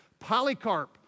Polycarp